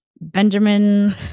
Benjamin